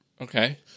Okay